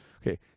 Okay